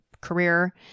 career